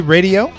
Radio